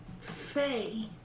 Faye